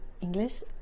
english